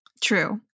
True